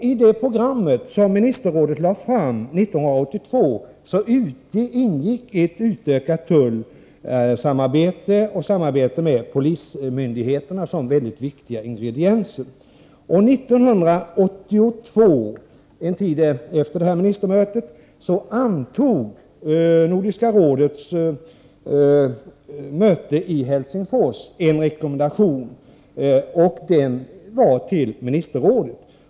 I det program som ministerrådet lade fram 1982 ingick ett utökat tullsamarbete och samarbete med polismyndigheterna som mycket viktiga ingredienser. År 1982, en tid efter det nämnda ministermötet, antogs vid Nordiska rådets möte i Helsingfors en rekommendation riktad till ministerrådet.